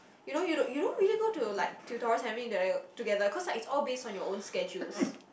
you know you don't you don't really go to like tutorials together cause like it's all based on your own schedules